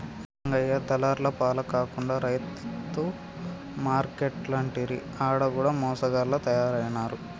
రంగయ్య దళార్ల పాల కాకుండా రైతు మార్కేట్లంటిరి ఆడ కూడ మోసగాళ్ల తయారైనారు